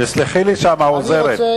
אני רוצה